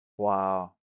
wow